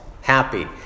happy